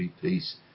Peace